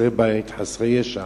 חסרי בית, חסרי ישע,